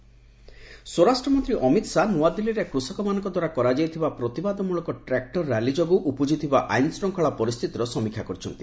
ଅମିତ ଶାହା ସ୍ୱରାଷ୍ଟ୍ରମନ୍ତ୍ରୀ ଅମିତ ଶାହା ନୂଆଦିଲ୍ଲୀରେ କୃଷକମାନଙ୍କ ଦ୍ୱାରା କରାଯାଇଥିବା ପ୍ରତିବାଦମୂଳକ ଟ୍ରାକ୍ଟର ର୍ୟାଲି ଯୋଗୁଁ ଉପୁଜିଥିବା ଆଇନଶୃଙ୍ଖଳା ପରିସ୍ଥିତିର ସମୀକ୍ଷା କରିଛନ୍ତି